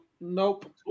nope